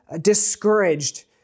discouraged